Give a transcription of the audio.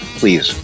please